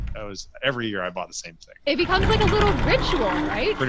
i was, every year i bought the same thing. it becomes like a little ritual, right? but